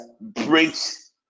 breaks